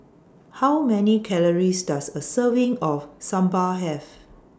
How Many Calories Does A Serving of Sambar Have